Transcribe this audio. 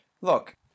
look